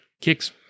kicks